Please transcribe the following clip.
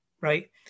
right